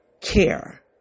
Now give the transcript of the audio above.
care